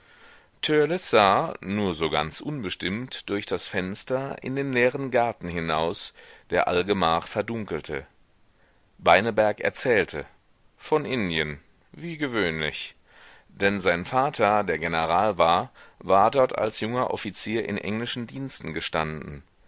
nur so ganz unbestimmt durch das fenster in den leeren garten hinaus der allgemach verdunkelte beineberg erzählte von indien wie gewöhnlich denn sein vater der general war war dort als junger offizier in englischen diensten gestanden